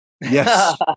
Yes